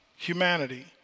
humanity